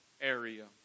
area